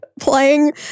playing